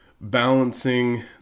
balancing